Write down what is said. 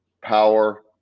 power